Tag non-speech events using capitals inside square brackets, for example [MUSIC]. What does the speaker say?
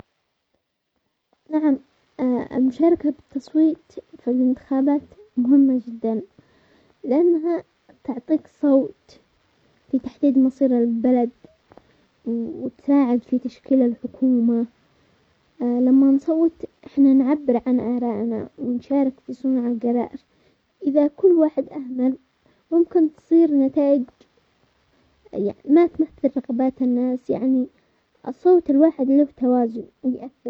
نعم [HESITATION] المشاركة في التصويت في الانتخابات مهمة جدا، لانها تعطيك صوت في تحديد مصير البلد، وتساعد في تشكيل الحكومة، [HESITATION] لما نصوت احنا نعبر عن اراءنا و نشارك في صنع القرار، اذا كل واحد اهمل ممكن تصير نتائج ما تمثل رغبات الناس يعني الصوت الواحد له توازن ويأثر.